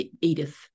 Edith